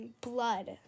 blood